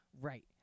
Right